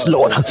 Lord